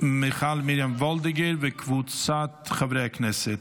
מיכל מרים וולדיגר וקבוצת חברי הכנסת.